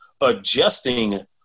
adjusting